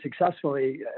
successfully